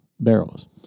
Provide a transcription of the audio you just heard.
barrels